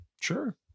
Sure